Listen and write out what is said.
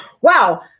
wow